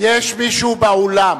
יש מישהו באולם,